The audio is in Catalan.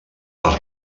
les